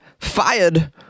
fired